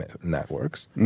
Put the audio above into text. networks